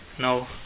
no